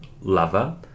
lover